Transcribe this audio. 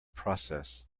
process